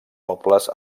pobles